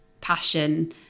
passion